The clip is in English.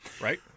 Right